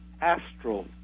astral